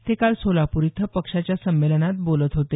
ते काल सोलापूर इथं पक्षाच्या संमेलनात बोलत होते